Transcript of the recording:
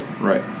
Right